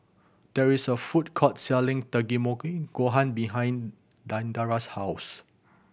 there is a food court selling Takikomi Gohan behind Diandra's house